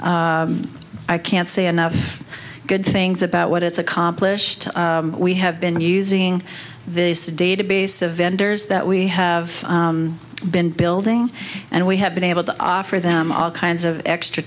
i can't say enough good things about what it's accomplished we have been using this database of vendors that we have been building and we have been able to offer them all kinds of extra